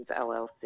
LLC